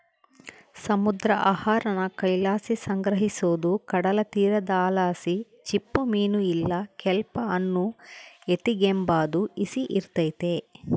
ಸಮುದ್ರ ಆಹಾರಾನ ಕೈಲಾಸಿ ಸಂಗ್ರಹಿಸೋದು ಕಡಲತೀರದಲಾಸಿ ಚಿಪ್ಪುಮೀನು ಇಲ್ಲ ಕೆಲ್ಪ್ ಅನ್ನು ಎತಿಗೆಂಬಾದು ಈಸಿ ಇರ್ತತೆ